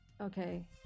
okay